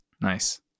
nice